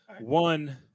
One